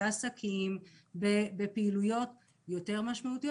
בעסקים ובפעילויות יותר משמעותיות.